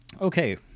Okay